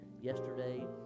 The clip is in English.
yesterday